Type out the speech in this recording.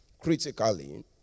critically